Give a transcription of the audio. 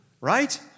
right